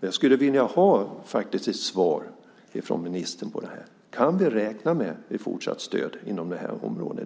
Jag skulle vilja ha ett svar från ministern på den här frågan: Kan vi räkna med fortsatt stöd inom det här området?